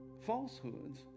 falsehoods